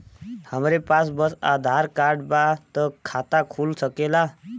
हमरे पास बस आधार कार्ड बा त खाता खुल सकेला?